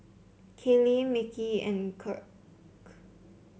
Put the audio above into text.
Kalie Mickie and Kirk